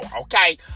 okay